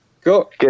Cool